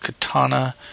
katana